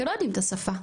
שלא יודעים את השפה,